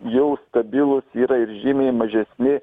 jau stabilūs yra ir žymiai mažesni